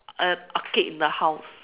I have arcade in the house